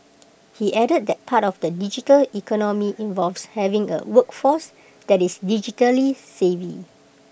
he added that part of the digital economy involves having A workforce that is digitally savvy